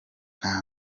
nta